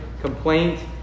complaint